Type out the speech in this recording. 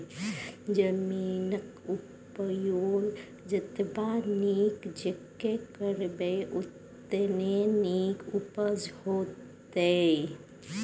जमीनक उपयोग जतबा नीक जेंका करबै ओतने नीक उपजा होएत